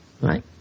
Right